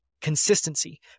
Consistency